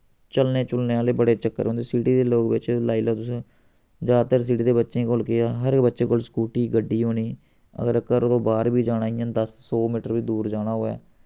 चलने चुलने आह्ले बड़े चक्कर होंदे सिटी दे लोक बिच्च लाई लाओ तुस जैदातर सिटी दे बच्चें कोल केह् हा हर इक बच्चे कोल स्कूटी गड्डी होनी अगर घरो तो बाह्र बी जाना इ'यां दस सौ मीटर बी दूर जाना होऐ